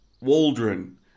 waldron